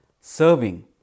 serving